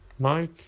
Mike